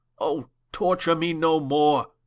oh torture me no more,